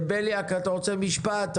בליאק, אתה רוצה לומר משפט?